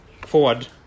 forward